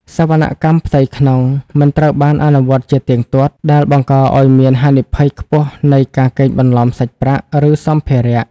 សវនកម្មផ្ទៃក្នុង មិនត្រូវបានអនុវត្តជាទៀងទាត់ ដែលបង្កឱ្យមានហានិភ័យខ្ពស់នៃការកេងបន្លំសាច់ប្រាក់ ឬសម្ភារៈ។